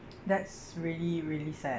that's really really sad